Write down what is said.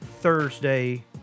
Thursday